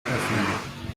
öffnen